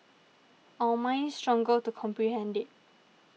our minds struggle to comprehend it